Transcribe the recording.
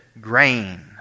grain